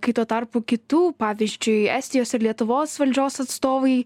kai tuo tarpu kitų pavyzdžiui estijos ir lietuvos valdžios atstovai